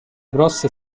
grosse